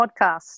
podcast